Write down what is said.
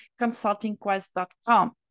consultingquest.com